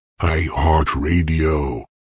iHeartRadio